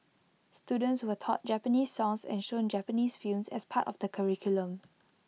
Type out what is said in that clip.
students were taught Japanese songs and shown Japanese films as part of the curriculum